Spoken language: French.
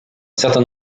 certain